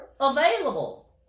available